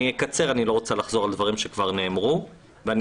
אני אקצר אני לא רוצה לחזור על דברים שכבר נאמרו ואני